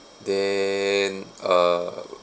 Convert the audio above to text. then uh